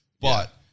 But-